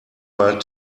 mal